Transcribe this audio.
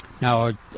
Now